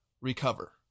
recover